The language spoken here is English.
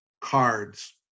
cards